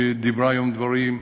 דיברה היום דברים,